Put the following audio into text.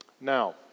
Now